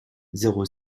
zéro